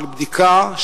של בדיקה,